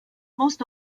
most